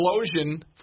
explosion